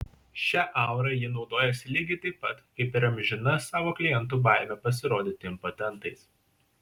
šia aura ji naudojosi lygiai taip pat kaip ir amžina savo klientų baime pasirodyti impotentais